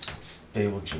stable